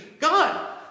God